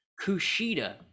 Kushida